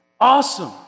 awesome